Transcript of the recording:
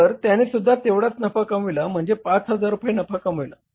तर त्यानेसुद्धा तेवढाच नफा कमविला म्हणजे 5000 रुपये नफा कमविला